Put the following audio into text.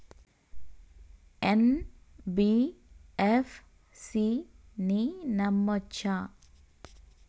NBFC ని నమ్మచ్చా?